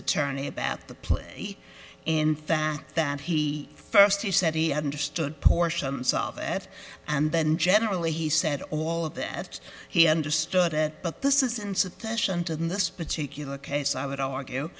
attorney about the plea in fact that he first he said he understood portions of f and then generally he said all of that he understood but this is insufficient in this particular case i would argue